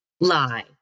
lie